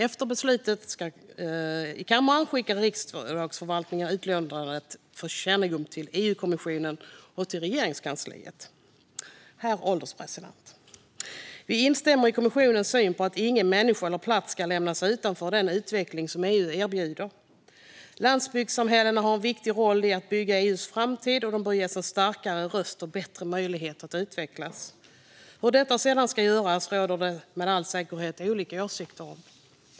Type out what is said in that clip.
Efter beslutet i kammaren skickar Riksdagsförvaltningen utlåtandet för kännedom till EU-kommissionen och till Regeringskansliet. Herr ålderspresident! Vi instämmer i kommissionens syn på att ingen människa eller plats ska lämnas utanför den utveckling som EU erbjuder. Landsbygdssamhällena har en viktig roll i att bygga EU:s framtid, och de bör ges en starkare röst och bättre möjligheter att utvecklas. Hur detta sedan ska göras råder det med all säkerhet olika åsikter om.